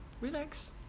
relax